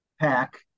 pack